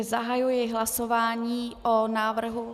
Zahajuji hlasování o návrhu...